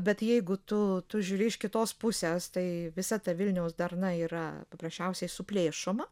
bet jeigu tu tu žiūri iš kitos pusės tai visa ta vilniaus darna yra paprasčiausiai suplėšoma